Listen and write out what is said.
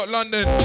London